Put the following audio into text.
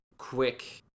Quick